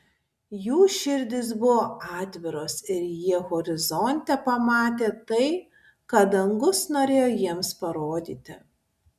jų širdys buvo atviros ir jie horizonte pamatė tai ką dangus norėjo jiems parodyti